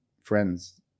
friends